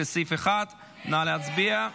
לסעיף 1. נא להצביע.